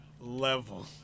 level